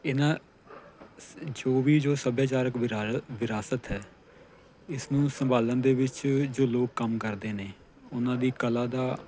ਇਹਨਾਂ ਸ ਜੋ ਵੀ ਜੋ ਸੱਭਿਆਚਾਰਕ ਵਿਰਾਰ ਵਿਰਸਾਤ ਹੈ ਇਸਨੂੰ ਸੰਭਾਲਣ ਦੇ ਵਿੱਚ ਜੋ ਲੋਕ ਕੰਮ ਕਰਦੇ ਨੇ ਉਹਨਾਂ ਦੀ ਕਲਾ ਦਾ